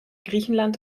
griechenland